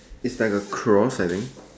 it's like a cross I think